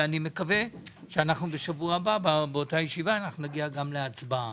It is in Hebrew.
ואני מקווה שבשבוע הבא נגיע גם להצבעה.